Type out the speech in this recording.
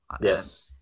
Yes